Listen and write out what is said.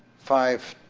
five,